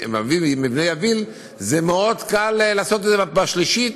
קל מאוד לעשות את זה בשלישית,